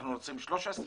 אנחנו רוצים 13?